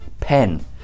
pen